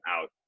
out